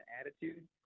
attitude